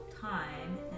time